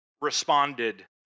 responded